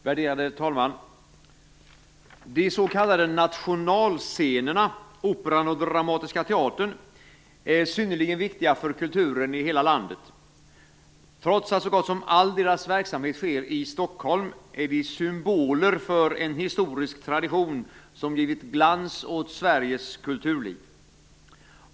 Värderade talman! De s.k. nationalscenerna Operan och Dramatiska teatern är synnerligen viktiga för kulturen i hela landet. Trots att så gott som all deras verksamhet sker i Stockholm är de symboler för en historisk tradition som givit glans åt hela Sveriges kulturliv.